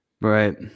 Right